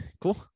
cool